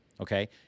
okay